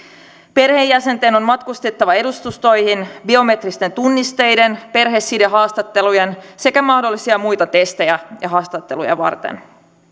perheenjäsenten on matkustettava edustustoihin biometrisiä tunnisteita perhesidehaastatteluja sekä mahdollisia muita testejä ja haastatteluja varten